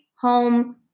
home